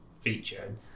feature